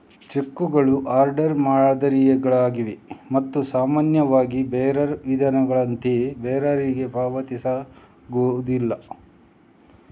ಚೆಕ್ಕುಗಳು ಆರ್ಡರ್ ಮಾದರಿಗಳಾಗಿವೆ ಮತ್ತು ಸಾಮಾನ್ಯವಾಗಿ ಬೇರರ್ ವಿಧಾನಗಳಂತೆ ಬೇರರಿಗೆ ಪಾವತಿಸಲಾಗುವುದಿಲ್ಲ